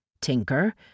Tinker